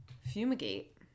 Fumigate